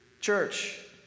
Church